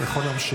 אתה יכול להמשיך.